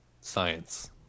Science